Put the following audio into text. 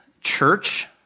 church